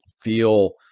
feel